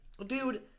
Dude